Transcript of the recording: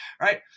right